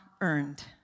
earned